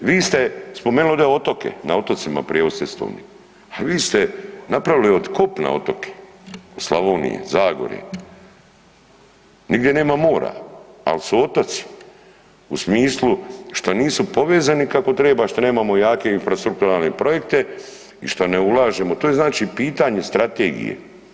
Vi ste spomenuli ovdje otoke, na otocima prijevoz cestovni, a vi ste napravili od kopna otoke, od Slavonije, Zagore, nigdje nema mora, al su otoci u smislu šta nisu povezani kako treba, što nemamo jake infrastrukturalne projekte i što ne ulažemo, to je znači pitanje strategije.